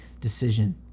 decision